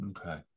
okay